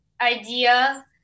idea